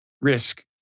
risk